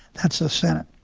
that's a senate.